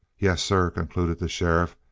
yes, sir, concluded the sheriff,